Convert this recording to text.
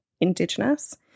Indigenous